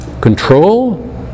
control